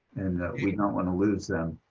and we don't want to lose them.